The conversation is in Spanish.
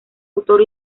autor